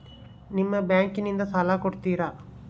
ನಿಮ್ಮ ಬ್ಯಾಂಕಿನಿಂದ ಸಾಲ ಕೊಡ್ತೇರಾ?